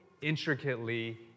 intricately